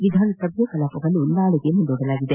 ವಿಧಾನಸಭೆಯ ಕಲಾಪವನ್ನು ನಾಳೆಗೆ ಮುಂದೂಡಲಾಗಿದೆ